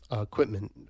equipment